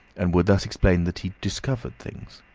and would thus explain that he discovered things.